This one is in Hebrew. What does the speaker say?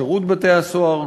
שירות בתי-הסוהר,